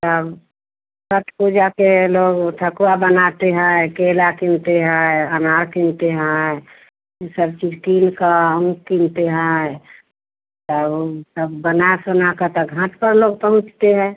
तब छठ पूजा के लोग ओ ठकुआ बनाते हैं केला किनते है अनार किनते हैं ई सब चीज़ किनकर आम किनते हैं तौ ऊ सब बना सनाकर ता घाट पर लोग पहुँचते है